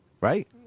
Right